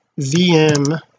vm